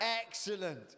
Excellent